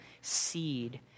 seed